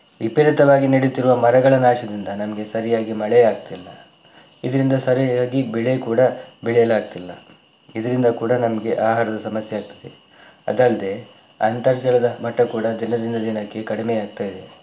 ವಿಪರೀತವಾಗಿ ನಡೆಯುತ್ತಿರುವ ಮರಗಳ ನಾಶದಿಂದ ನಮಗೆ ಸರಿಯಾಗಿ ಮಳೆ ಆಗ್ತಿಲ್ಲ ಇದರಿಂದ ಸರಿಯಾಗಿ ಬೆಳೆ ಕೂಡ ಬೆಳೆಯಲಾಗ್ತಿಲ್ಲ ಇದರಿಂದ ಕೂಡ ನಮಗೆ ಆಹಾರದ ಸಮಸ್ಯೆ ಆಗ್ತದೆ ಅದಲ್ಲದೆ ಅಂತರ್ಜಲದ ಮಟ್ಟ ಕೂಡ ದಿನದಿಂದ ದಿನಕ್ಕೆ ಕಡಿಮೆ ಆಗ್ತಾ ಇದೆ